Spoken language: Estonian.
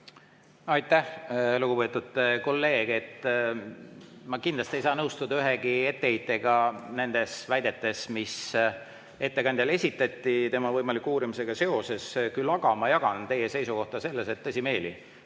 Aitäh! Lugupeetud kolleeg! Ma kindlasti ei saa nõustuda ühegi etteheitega nendes väidetes, mis ettekandjale esitati tema võimaliku uurimisega seoses. Küll aga jagan ma teie seisukohta selles, et tõsimeeli,